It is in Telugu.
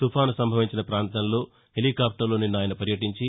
తుఫాను సంభవించిన ప్రాంతంలో హెలికాప్లర్లో నిన్న ఆయన పర్యటించి